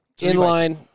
inline